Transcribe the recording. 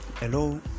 Hello